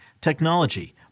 technology